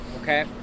okay